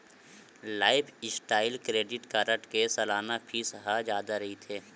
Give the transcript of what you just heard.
lifestyle credit card के सलाना fees ह जादा रहिथे